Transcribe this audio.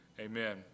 amen